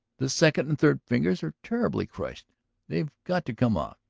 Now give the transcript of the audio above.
the second and third fingers are terribly crushed they've got to come off.